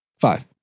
Five